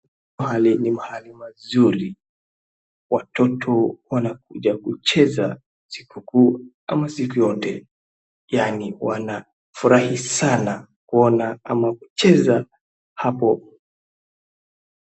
Ni mahali pazuri watoto wanakuja kucheza sikukuu ama siku yote yaani wanafurahi sana kuona ama kucheza hapo.